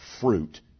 fruit